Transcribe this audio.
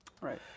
Right